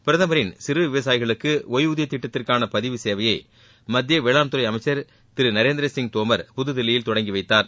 பிரதமரின் சிறு விவசாயிகளுக்கு ஓய்வூதிய திட்டத்திற்கான பதிவு சேவையை மத்திய வேளாண் துறை அமைச்சர் திரு நரேந்திரசிங் தோமர் புதுதில்லியில் தொடங்கி வைத்தார்